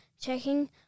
checking